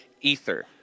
ether